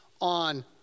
on